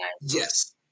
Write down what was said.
Yes